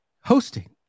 hosting